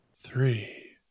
three